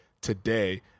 today